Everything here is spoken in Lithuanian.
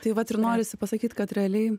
tai vat ir norisi pasakyt kad realiai